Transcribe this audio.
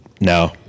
No